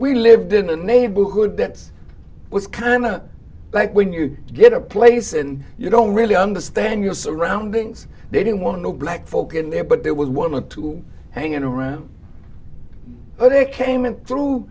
we lived in a neighborhood that was kind of like when you get a place and you don't really understand your surroundings they don't want no black folk in there but there was one of two hanging around but it came in through